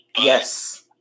Yes